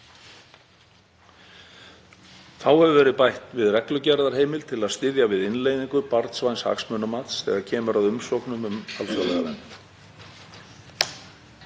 Þá hefur verið bætt við reglugerðarheimild til að styðja við innleiðingu barnvæns hagsmunamats þegar kemur að umsóknum um alþjóðlega vernd.